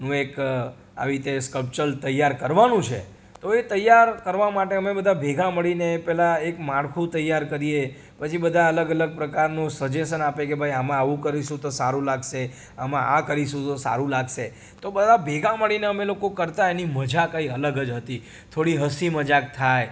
નું એક આવી રીતે સકપચલ તૈયાર કરવાનું છે તો એ તૈયાર કરવામાં માટે અમે બધા ભેગા મળીને પહેલા એક માળખું તૈયાર કરીએ પછી બધા અલગ અલગ પ્રકારનું સજેશન આપે કે ભાઈ આમાં આવું કરીશું તો સારું લાગશે આમાં આ કરીશું તો સારું લાગશે તો બધા ભેગા મળીને અમે લોકો કરતાં એની મજા કઈ અલગ જ હતી થોડી હસી મજાક થાય